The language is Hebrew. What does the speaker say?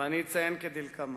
אבל אני אציין כדלקמן: